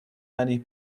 many